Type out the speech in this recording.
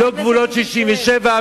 חבר הכנסת נסים זאב.